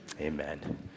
amen